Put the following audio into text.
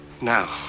Now